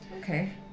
Okay